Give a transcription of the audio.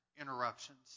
interruptions